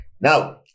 Now